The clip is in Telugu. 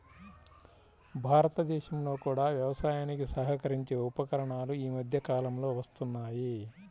భారతదేశంలో కూడా వ్యవసాయానికి సహకరించే ఉపకరణాలు ఈ మధ్య కాలంలో వస్తున్నాయి